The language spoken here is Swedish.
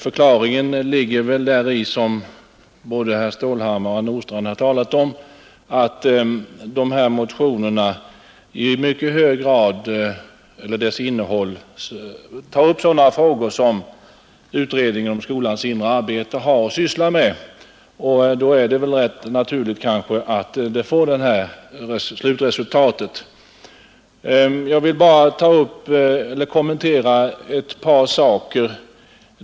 Förklaringen ligger väl däri, som både herr Stålhammar och herr Nordstrandh har talat om, att de här motionerna i mycket hög grad tar upp sådana frågor som utredningen om skolans inre arbete har att syssla med. Då är det väl kanske rätt naturligt att det får det här slutresultatet. Jag vill bara kommentera ett par saker.